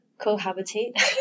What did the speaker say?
cohabitate